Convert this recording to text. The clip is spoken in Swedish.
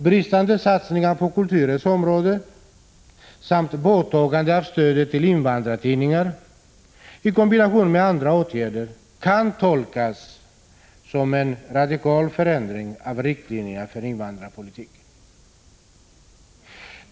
Bristande satsningar på kulturens område samt borttagande av stödet till invandrartidningar, i kombination med andra åtgärder, kan tolkas som en radikal förändring av riktlinjerna för invandrarpolitiken.